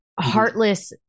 heartless